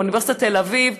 או באוניברסיטת תל אביב,